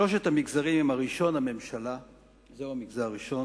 שלושת המגזרים הם: המגזר הראשון